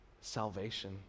salvation